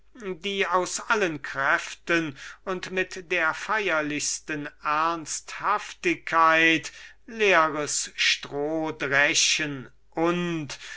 die aus allen kräften und mit der feirlichsten ernsthaftigkeit leeres stroh dreschen und